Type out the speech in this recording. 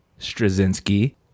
Straczynski